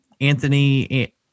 Anthony